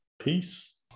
Peace